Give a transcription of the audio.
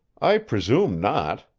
i presume not,